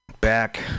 back